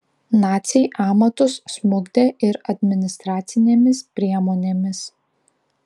naciai amatus smukdė ir administracinėmis priemonėmis